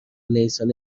نیسان